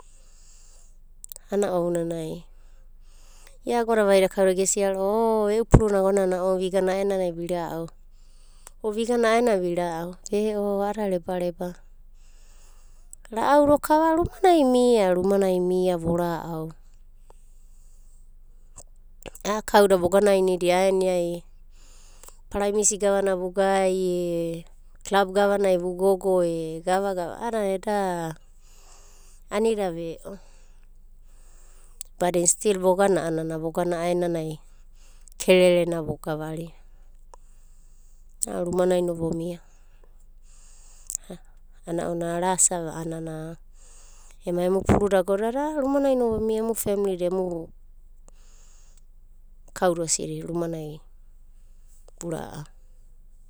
A'ana ounanai ia agoda vaida kauda gesia ro'ava o e'u puruna agonana ounanai vigana a'aenanai vira'au o vigana a'aenanai vira'au. Ve'o a'ada rebareba ra'auda okava rumanai mia rumanai mia vo ra'au. A'a kauda voganainidia aeniai paraimisi gavana vugai e klab gavanai vugogo e gavagava anana eda anida ve'o, badina stil vogana a'ana a'aenanai kererena vogavara. Ana ounanai rumanai no vomia ana ounana arasa a'anana ema emu pururna agonana, rumanai no vomia femlida emu kauda osidi rumanai vura'a.